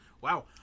Wow